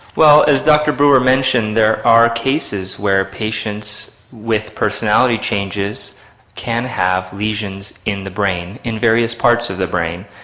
well, as dr brewer mentioned, there are cases where patients with personality changes can have lesions in the brain, in various parts of the brain,